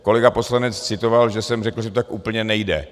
Kolega poslanec citoval, že jsem řekl, že to tak úplně nejde.